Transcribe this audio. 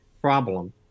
problem